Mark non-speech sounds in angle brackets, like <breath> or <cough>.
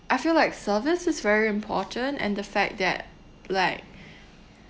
I feel like service is very important and the fact that like <breath>